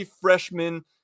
freshman